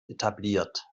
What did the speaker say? etabliert